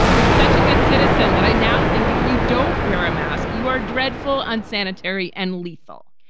i'm such a good citizen that i now think if you don't wear a mask, you are dreadful, unsanitary and lethal.